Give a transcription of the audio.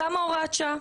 למה הוראת שעה?